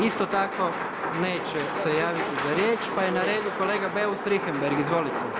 Isto tako neće se javiti za riječ pa je na redu kolega Beus Richembergh, izvolite.